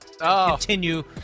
Continue